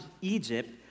Egypt